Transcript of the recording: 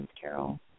Carol